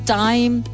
time